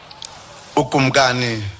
Ukumgani